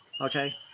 Okay